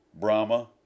Brahma